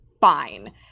fine